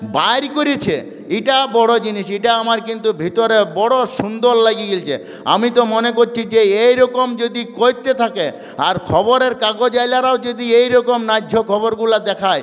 বাইর করেছে এটা বড় জিনিস এটা আমার কিন্তু ভিতরে বড় সুন্দর লেগে গেছে আমি তো মনে করছি যে এই রকম যদি করতে থাকে আর খবরের কাগজওলারাও যদি এই রকম ন্যায্য খবরগুলো দেখায়